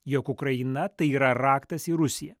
jog ukraina tai yra raktas į rusiją